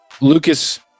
Lucas